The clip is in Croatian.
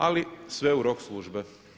Ali sve u rok službe.